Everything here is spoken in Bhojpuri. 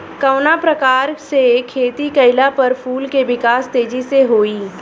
कवना प्रकार से खेती कइला पर फूल के विकास तेजी से होयी?